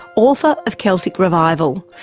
author of celtic revival?